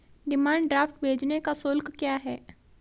Demand draft भेजने का शुल्क क्या है?